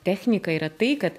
technika yra tai kad